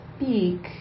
speak